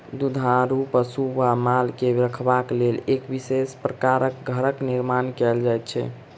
दुधारू पशु वा माल के रखबाक लेल एक विशेष प्रकारक घरक निर्माण कयल जाइत छै